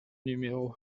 numéro